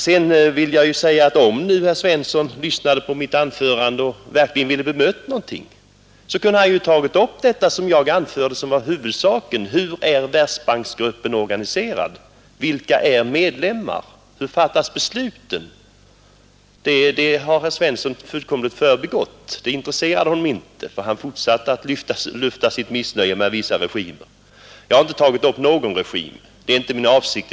Om nu herr Svensson i Malmö lyssnade på mitt anförande och verkligen ville bemöta någonting, så kunde han ju ha tagit upp det i mitt inlägg som var huvudsaken: Hur är Världsbanksgruppen organiserad? Vilka är medlemmar? Hur fattas besluten? Det har herr Svensson fullkomligt förbigått. Det intresserade honom inte. Han fortsatte att lufta sitt missnöje med vissa regimer. Jag har inte tagit upp någon regim, och det är inte heller min avsikt.